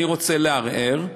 אני רוצה לערער,